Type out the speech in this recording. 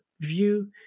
view